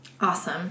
Awesome